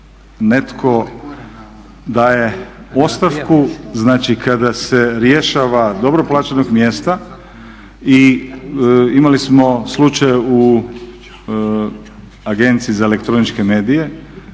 netko daje ostavku, znači kada se rješava dobro plaćenog mjesta i imali smo slučaj u Agenciji za elektroničke medije